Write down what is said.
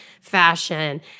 fashion